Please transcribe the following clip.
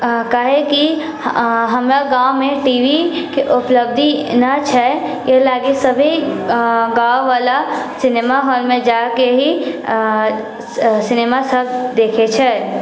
काहेकि हमरा गाँवमे टीवीके उपलब्धि नहि छै एहि लागि सभी गाँववाला सिनेमा हाँलमे जाकऽ ही सिनेमा सभ देखैत छै